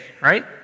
right